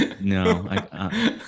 No